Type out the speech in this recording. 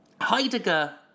Heidegger